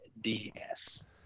DS